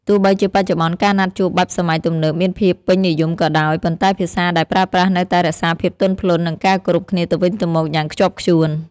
ទោះបីជាបច្ចុប្បន្ន ការណាត់ជួបបែបសម័យទំនើបមានភាពពេញនិយមក៏ដោយ ប៉ុន្តែភាសាដែលប្រើប្រាស់នៅតែរក្សាភាពទន់ភ្លន់ និងការគោរពគ្នាទៅវិញទៅមកយ៉ាងខ្ជាប់ខ្ជួន។